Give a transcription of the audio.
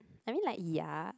I mean like ya